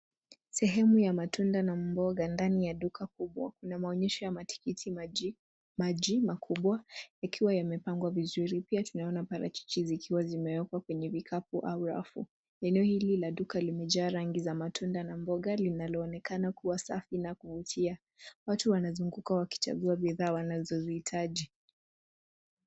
Sehemu ya matunda na mboga ndani ya duka kubwa inamaonyesho ya matikiti maji makubwa yakiwa yamepandwa vizuri. Pia tunaona parachichi zikiwa imewekwa kwenye vikapu au rafu. eneo hili la duka limejaa rangi za matunda na mboga linaloonekana kuwa safi na yakuvutia watu wanazunguka wakichagua bidhaa wanazozihitaji.